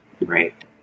Right